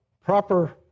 proper